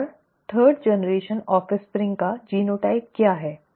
और तीसरी पीढ़ी के ऑफ़स्प्रिंग का जीनोटाइप क्या है